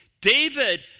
David